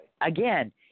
Again